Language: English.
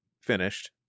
finished